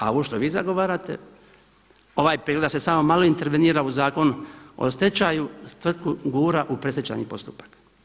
A ovo što vi zagovarate, ovaj prijedlog da se samo malo intervenira u Zakon o stečaju, tvrtku gura u predstečajni postupak.